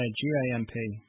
G-A-M-P